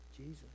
Jesus